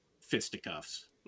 fisticuffs